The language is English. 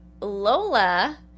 Lola